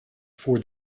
for